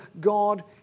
God